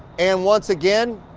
and once again,